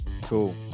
Cool